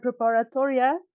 preparatoria